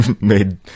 made